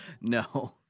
No